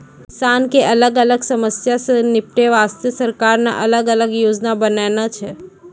किसान के अलग अलग समस्या सॅ निपटै वास्तॅ सरकार न अलग अलग योजना बनैनॅ छै